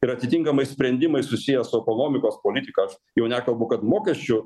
ir atitinkamai sprendimai susiję su ekonomikos politika jau nekalbu kad mokesčių